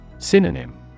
Synonym